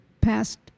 passed